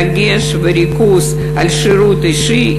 דגש וריכוז על שירות אישי,